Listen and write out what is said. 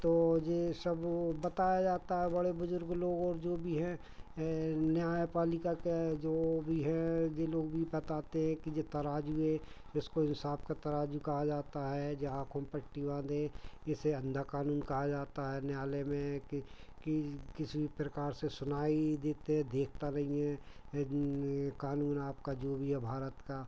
तो यह सब वह बताया जाता है बड़े बुज़ुर्ग लोग और जो भी हैं हैं न्यायपालिका के जो भी हैं यह लोग भी बताते हैं कि यह तराज़ू है इसको इंसाफ़ का तराज़ू कहा जाता है ये आँखों में पट्टी बाँधे इसे अंधा क़ानून कहा जाता है न्यायालय में कि कि किसी भी प्रकार से सुनाई देते देखता नहीं है क़ानून आपका जो भी है भारत का